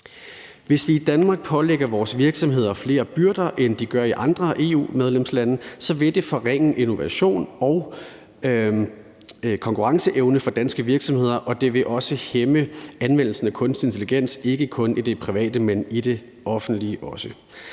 Hvis vi i Danmark pålægger vores virksomheder flere byrder, end de gør i andre EU-medlemslande, så vil det forringe innovation og konkurrenceevne hos danske virksomheder, og det vil også hæmme anvendelsen af kunstig intelligens, ikke kun i det private, men også i det offentlige.